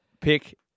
pick